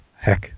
Heck